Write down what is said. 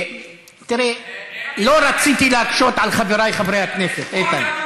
לא רציתי להקשות על חבריי חברי הכנסת, איתן.